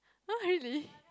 !huh! really